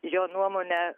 jo nuomone